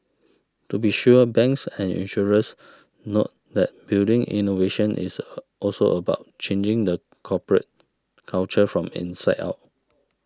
to be sure banks and insurers note that building innovation is also about changing the corporate culture from inside out